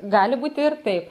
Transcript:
gali būti ir taip